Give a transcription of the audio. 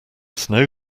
snow